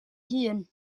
hun